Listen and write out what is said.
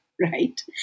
Right